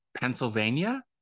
pennsylvania